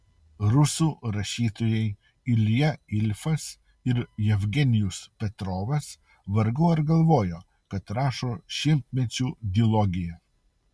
rusų rašytojai ilja ilfas ir jevgenijus petrovas vargu ar galvojo kad rašo šimtmečių dilogiją